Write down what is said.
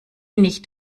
nicht